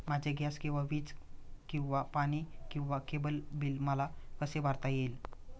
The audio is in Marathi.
माझे गॅस किंवा वीज किंवा पाणी किंवा केबल बिल मला कसे भरता येईल?